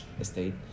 Estate